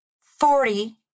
forty